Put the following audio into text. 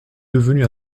devenue